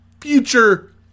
future